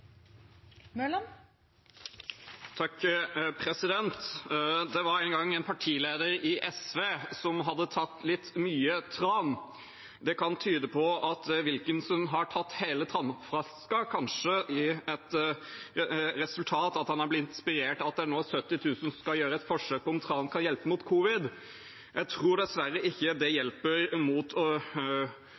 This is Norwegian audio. Det var en gang en partileder i SV som hadde tatt litt mye tran. Det kan tyde på at Wilkinson har tatt hele tranflasken, kanskje som et resultat av at han har blitt inspirert av at det nå er 70 000 som skal gjøre et forsøk på om tran kan hjelpe mot covid. Jeg tror dessverre ikke det hjelper